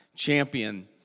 champion